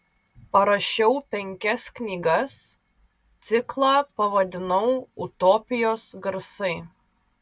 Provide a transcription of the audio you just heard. parašiau penkias knygas ciklą pavadinau utopijos garsai